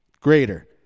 Greater